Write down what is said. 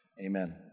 Amen